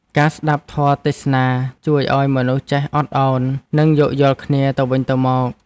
ការស្តាប់ធម៌ទេសនា ជួយឱ្យមនុស្សចេះអត់ឱន និងយោគយល់គ្នាទៅវិញទៅមក។